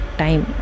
time